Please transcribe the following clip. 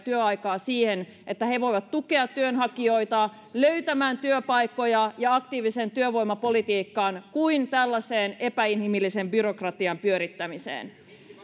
ja työaikaa mieluummin siihen että he voivat tukea työnhakijoita löytämään työpaikkoja ja aktiiviseen työvoimapolitiikkaan kuin tällaiseen epäinhimillisen byrokratian pyörittämiseen